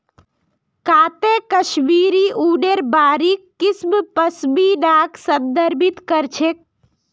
काते कश्मीरी ऊनेर बारीक किस्म पश्मीनाक संदर्भित कर छेक